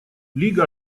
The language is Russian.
лига